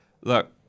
Look